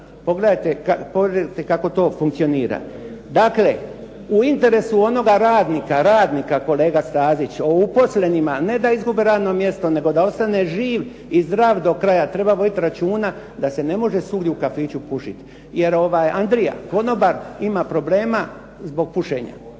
Pogledajte kako to funkcionira. Dakle, u interesu onoga radnika, radnika kolega Stazić, o uposlenima, ne da izgube radno mjesto nego da ostane živ i zdrav do kraja. Treba voditi računa da se ne može svugdje u kafiću pušiti, jer ovaj Andrija konobar ima problema zbog pušenja